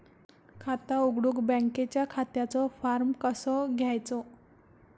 खाता उघडुक बँकेच्या खात्याचो फार्म कसो घ्यायचो?